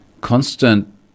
constant